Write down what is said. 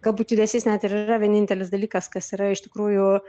galbūt judesys net ir yra vienintelis dalykas kas yra iš tikrųjų